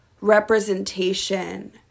representation